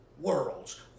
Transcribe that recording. worlds